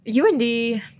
UND